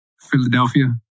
Philadelphia